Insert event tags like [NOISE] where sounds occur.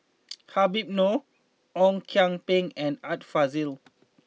[NOISE] Habib Noh Ong Kian Peng and Art Fazil